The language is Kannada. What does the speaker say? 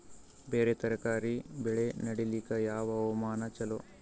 ಬೇರ ತರಕಾರಿ ಬೆಳೆ ನಡಿಲಿಕ ಯಾವ ಹವಾಮಾನ ಚಲೋ?